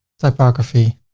topography